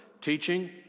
teaching